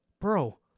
Bro